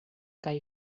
kaj